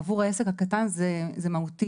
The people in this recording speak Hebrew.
עבור העסק הקטן זה מהותי,